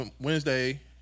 Wednesday